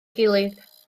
gilydd